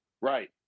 right